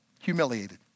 Humiliated